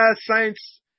science